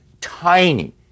tiny